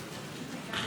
שעה.